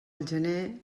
gener